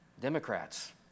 Democrats